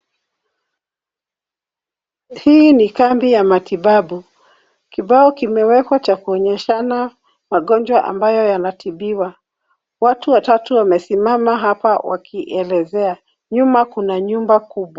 Hii ni kambi ya matibabu kibao kimewekwa cha kuonyeshana magonjwa ambayo yanatibiwa, watu watatu wamesimama hapa wakielezea nyuma kuna nyumba kubwa.